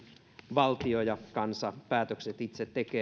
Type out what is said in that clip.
valtio ja kansa päätökset itse tekee